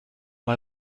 mal